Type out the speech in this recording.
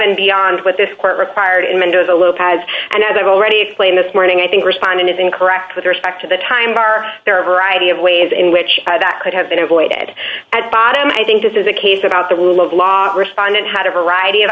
and beyond what this court required in mendoza lopez and as i've already explained this morning i think respondent is incorrect with respect to the time are there a variety of ways in which that could have been avoided at bottom i think this is a case about the rule of law respondent had a variety of